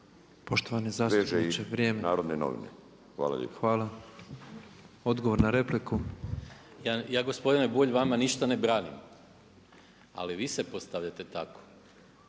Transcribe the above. Poštovani zastupniče vrijeme. Hvala. Odgovor na repliku. **Maras, Gordan (SDP)** Ja gospodine Bulj vama ništa ne branim, ali vi se postavljate tako